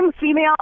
female